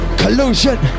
collusion